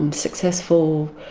um successful,